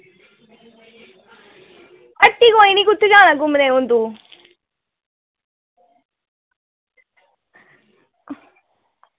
हट्टी कोई नी कुत्थे जाना घुम्मने हू'न तू